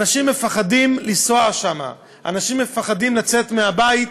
אנשים מפחדים לנסוע שם, אנשים מפחדים לצאת מהבית,